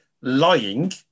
lying